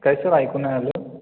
काय सर ऐकू नाही आलं